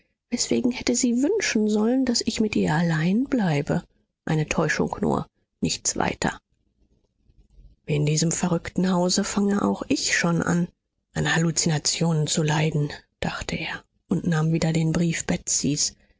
weswegen hätte sie wünschen sollen daß ich mit ihr allein bleibe eine täuschung nur nichts weiter in diesem verrückten hause fange auch ich schon an an halluzinationen zu leiden dachte er und nahm wieder den brief